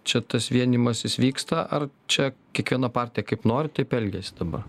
čia tas vienijimasis vyksta ar čia kiekviena partija kaip nori taip elgiasi dabar